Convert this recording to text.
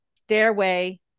Stairway